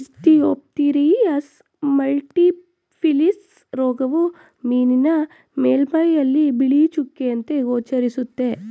Ichthyophthirius multifiliis ರೋಗವು ಮೀನಿನ ಮೇಲ್ಮೈಯಲ್ಲಿ ಬಿಳಿ ಚುಕ್ಕೆಯಂತೆ ಗೋಚರಿಸುತ್ತೆ